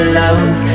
love